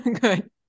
Good